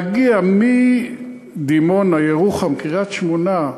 להגיע מדימונה, ירוחם, קריית-שמונה,